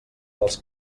dels